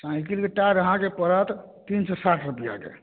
cycle के tyre अहाँके पड़त तीन सए साठि रुपैआके